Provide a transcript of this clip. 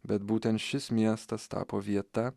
bet būtent šis miestas tapo vieta